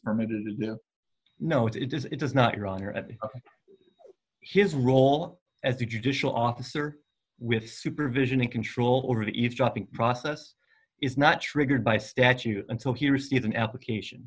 permitted to do you know it does it does not your honor at his role at the judicial officer with supervision and control over the eavesdropping process is not triggered by statute until he receives an application